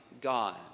God